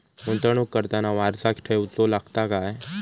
गुंतवणूक करताना वारसा ठेवचो लागता काय?